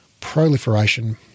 proliferation